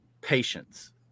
patience